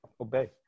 obey